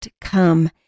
come